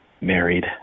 married